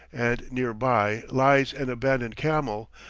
and near by lies an abandoned camel,